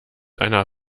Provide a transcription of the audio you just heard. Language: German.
einer